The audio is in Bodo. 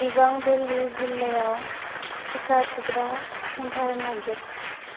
दिबां बेली जिल्लायाव टिका थुग्रा सेन्टार नागिर